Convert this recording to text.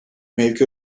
mevki